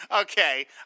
Okay